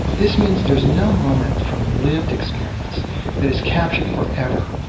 this means there's no moment from lived experience that is captured forever,